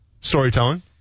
Storytelling